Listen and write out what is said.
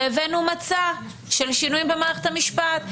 והבאנו מצע של שינויים במערכת המשפט.